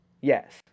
yes